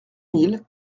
mille